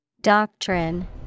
Doctrine